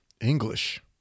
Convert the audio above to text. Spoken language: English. English